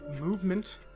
Movement